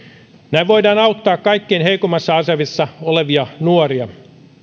näin voidaan auttaa kaikkein heikoimmassa asemassa olevia nuoria